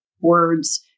words